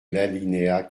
l’alinéa